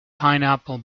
pineapple